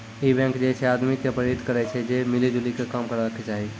इ बैंक जे छे आदमी के प्रेरित करै छै जे मिली जुली के काम करै के चाहि